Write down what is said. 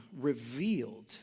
revealed